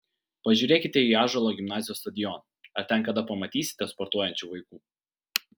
pažiūrėkite į ąžuolo gimnazijos stadioną ar ten kada pamatysite sportuojančių vaikų